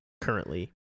currently